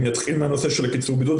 אני אתחיל מהנושא של קיצור הבידוד,